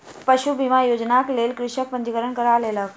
पशु बीमा योजनाक लेल कृषक पंजीकरण करा लेलक